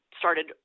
started